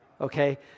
Okay